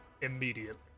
immediately